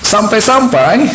Sampai-sampai